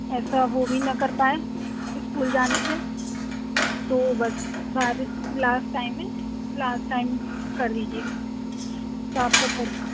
ایسا وہ بھی نہ کر پائے اسکول جانے سے تو بس لاسٹ ٹائم میں لاسٹ ٹائم کر دیجیے تو آپ کا بہت